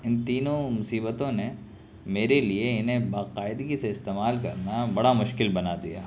ان تینوں مصیبتوں نے میرے لیے انہیں باقاعدگی سے استعمال کرنا بڑا مشکل بنا دیا